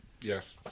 Yes